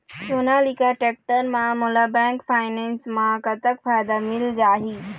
Sonalika tractor म मोला bank finance म कतक फायदा मिल जाही?